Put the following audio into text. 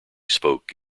spoke